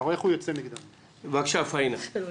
בבקשה, פאינה.